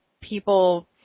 people